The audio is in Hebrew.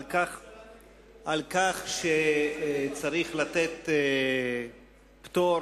על כך שצריך לתת פטור,